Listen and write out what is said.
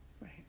Right